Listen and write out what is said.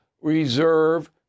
reserve